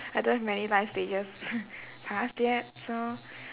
I don't have many life stages just yet so